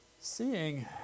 Seeing